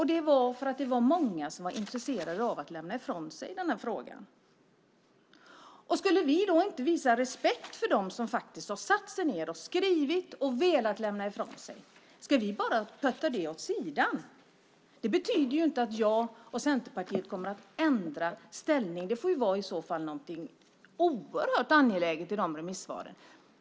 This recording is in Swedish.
Det var för att det var många som var intresserade av att lämna ifrån sig något i denna fråga. Skulle vi då inte visa respekt för dem som har satt sig ned och skrivit och velat lämna ifrån sig något? Ska vi bara putta det åt sidan? Det betyder inte att jag och Centerpartiet kommer att ändra inställning. Det får i så fall vara någonting oerhört angeläget i de remissvaren.